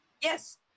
Yes